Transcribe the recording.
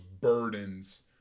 burdens